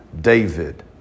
David